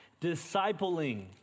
Discipling